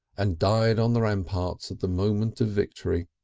and died on the ramparts at the moment of victory.